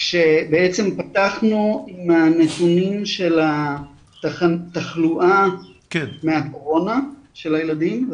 כשבעצם פתחנו עם נתונים של התחלואה מהקורונה של הילדים,